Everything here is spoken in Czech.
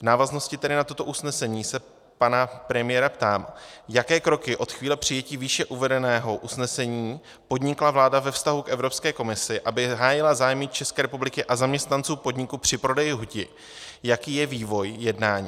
V návaznosti na toto usnesení se pana premiéra ptám, jaké kroky od chvíle přijetí výše uvedeného usnesení podnikla vláda ve vztahu k Evropské komisi, aby hájila zájmy České republiky a zaměstnanců podniku při prodeji huti; jaký je vývoj jednání.